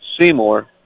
Seymour